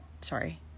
Sorry